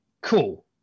cool